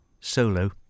solo